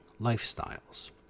lifestyles